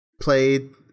played